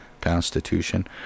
Constitution